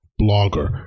blogger